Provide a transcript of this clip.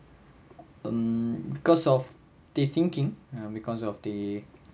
um because of they thinking ah because of the